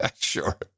Sure